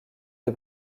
des